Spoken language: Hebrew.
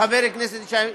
חבר הכנסת שי,